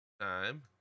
time